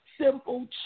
simple